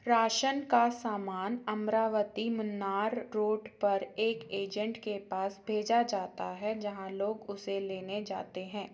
ration का सामान Amaravati Munnar road पर एक एजेंट के पास भेजा जाता है जहां लोग उसे लेने जाते हैं